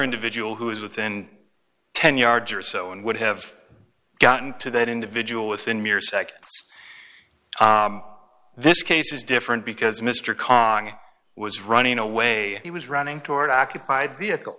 individual who is within ten yards or so and would have gotten to that individual within mere seconds this case is different because mr karr was running away he was running toward occupied vehicle